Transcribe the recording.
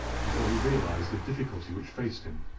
before he realized the difficulty which faced him.